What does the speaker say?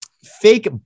fake